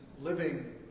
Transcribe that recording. living